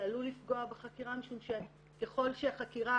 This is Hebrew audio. זה עלול לפגוע בחקירה משום שככל שחקירה